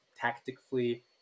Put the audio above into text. tactically